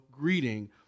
greeting